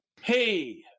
hey